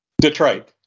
Detroit